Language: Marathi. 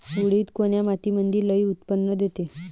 उडीद कोन्या मातीमंदी लई उत्पन्न देते?